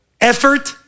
effort